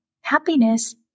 happiness